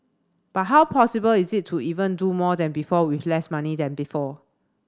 but how possible is it to even do more than before with less money than before